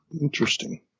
Interesting